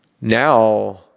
Now